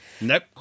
Nope